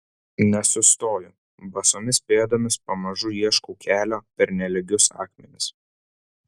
nesustoju basomis pėdomis pamažu ieškau kelio per nelygius akmenis